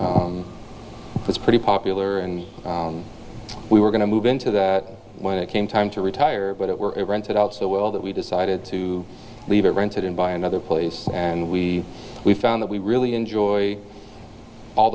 this pretty popular and we were going to move into that when it came time to retire but it were rented out so well that we decided to leave it rented and buy another place and we we found that we really enjoy all